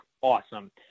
awesome